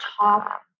top